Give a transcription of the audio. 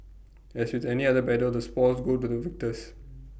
as with the any other battle the spoils go to the victors